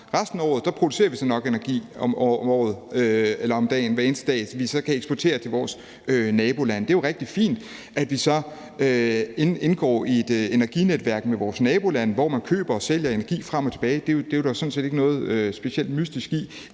Resten af året producerer vi så nok energi hver eneste dag, som vi så kan eksportere til vores nabolande. Det er jo rigtig fint, at vi så indgår i et energinetværk med vores nabolande, hvor vi køber og sælger energi frem og tilbage – det er der jo sådan set ikke noget specielt mystisk i